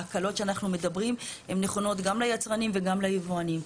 ההקלות שאנחנו מדברים הן נכונות גם ליצרנים וגם ליבואנים.